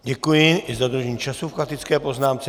Děkuji i za dodržení času k faktické poznámce.